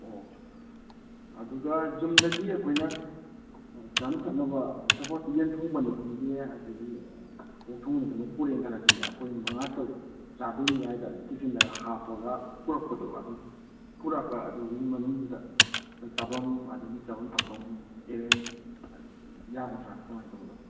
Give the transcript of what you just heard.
ꯑꯣ ꯑꯗꯨꯒ ꯌꯨꯝꯗꯒꯤ ꯑꯩꯈꯣꯏꯅ ꯆꯥꯅ ꯊꯛꯅꯕ ꯁꯄꯣꯁ ꯌꯦꯟ ꯊꯣꯡꯕꯅꯤ ꯈꯪꯗꯦ ꯑꯗꯒꯤ ꯑꯣꯛ ꯊꯣꯛꯕꯅꯤ ꯈꯪꯗꯦ ꯄꯨꯔꯛꯑꯦ ꯈꯜꯂꯁꯤꯅꯦ ꯑꯩꯈꯣꯏ ꯃꯉꯥ ꯇꯔꯨꯛ ꯆꯥꯗꯣꯏꯅꯤ ꯍꯥꯏꯗ ꯇꯤꯐꯤꯟꯗꯒ ꯍꯥꯞꯄꯒ ꯄꯣꯔꯛꯄꯗꯣ ꯑꯗꯨꯒꯤ ꯄꯨꯔꯛꯑꯒ ꯑꯗꯨꯒꯤ ꯃꯅꯨꯡꯗꯨꯗ ꯆꯥꯐꯝ ꯑꯗꯨꯒꯤ ꯆꯥꯐꯝ ꯊꯛꯐꯝ ꯑꯦꯔꯦꯟꯖ ꯌꯥꯒꯗ꯭ꯔꯥ ꯀꯃꯥꯏꯅ ꯇꯧꯕꯅꯣ